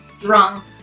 drunk